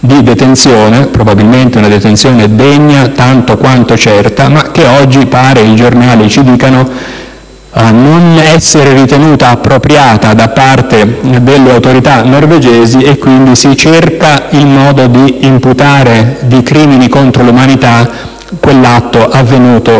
di detenzione: probabilmente , una detenzione degna tanto quanto certa, ma che oggi pare i giornali ci dicano non essere ritenuta appropriata dalle autorità norvegesi. Si cerca quindi il modo di imputare di crimini contro l'umanità quell'atto avvenuto